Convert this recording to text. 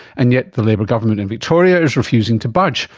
and yet the labor government in victoria is refusing to budge,